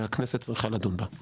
והכנסת צריכה לדון בה.